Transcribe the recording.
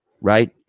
Right